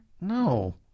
No